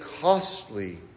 costly